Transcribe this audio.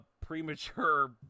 premature